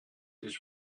his